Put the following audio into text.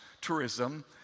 tourism